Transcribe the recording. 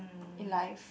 in life